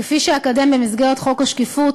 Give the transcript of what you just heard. כפי שאקדם במסגרת חוק השקיפות,